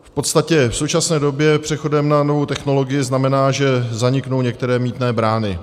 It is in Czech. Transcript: V podstatě v současné době přechod na novou technologii znamená, že zaniknou některé mýtné brány.